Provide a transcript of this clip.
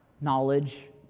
knowledge